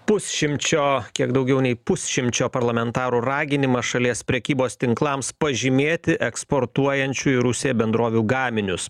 pusšimčio kiek daugiau nei pusšimčio parlamentarų raginimą šalies prekybos tinklams pažymėti eksportuojančių į rusiją bendrovių gaminius